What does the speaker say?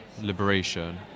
liberation